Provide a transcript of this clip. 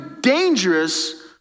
dangerous